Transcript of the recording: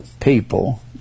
people